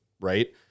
right